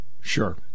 Sure